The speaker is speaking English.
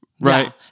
Right